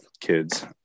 kids